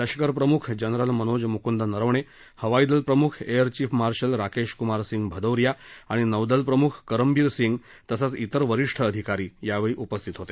लष्करप्रमुख जनरल मनोज मुकुंद नरवणे हवाई दल प्रमुख air chief marshal Rakesh Kumar Singh Bhadauria आणि नौदलप्रमुख करमबिर सिंग तसंच तेर वरीष्ठ अधिकारी यावेळी उपस्थित होते